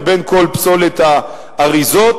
לבין כל פסולת האריזות.